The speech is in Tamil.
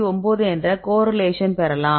9 என்ற கோரிலேஷன் பெறலாம்